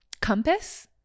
compass